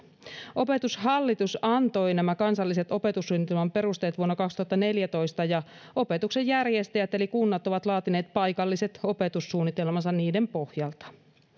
opetushallitus antoi nämä kansalliset opetussuunnitelman perusteet vuonna kaksituhattaneljätoista ja opetuksen järjestäjät eli kunnat ovat laatineet paikalliset opetussuunnitelmansa niiden pohjalta